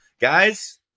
guys